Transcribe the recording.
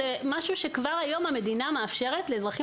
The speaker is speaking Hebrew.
זה משהו שכבר היום המדינה מאפשרת לאזרחים